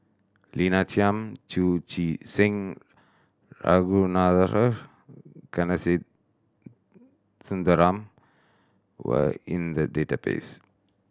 Lina Chiam Chu Chee Seng Ragunathar Kanagasuntheram were in the database